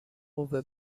قوه